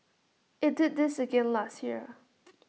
IT did this again last year